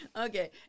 Okay